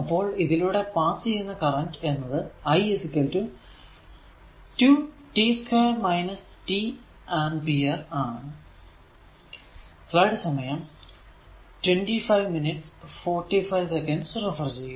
അപ്പോൾ ഇതിലൂടെ പാസ് ചെയ്യുന്ന കറന്റ് എന്നത് i 2 t2 t ആമ്പിയർ ആണ്